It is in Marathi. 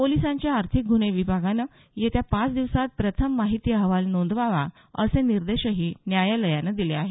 पोलिसांच्या आर्थिक गुन्हे विभागानं येत्या पाच दिवसात प्रथम माहिती अहवाल नोंदवावा असे निर्देश न्यायालयानं दिले आहेत